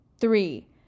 three